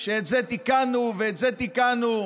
את זה תיקנו ואת זה תיקנו,